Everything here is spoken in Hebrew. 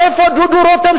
איפה דודו רותם,